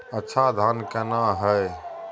अच्छा धान केना हैय?